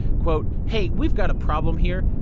hey, we've got a problem here.